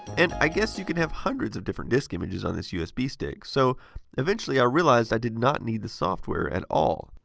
and i guess you could have hundreds of different disk images on this usb stick, so eventually i realised i did not need the software at all.